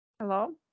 Hello